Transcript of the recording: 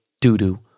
doo-doo